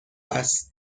است